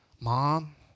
mom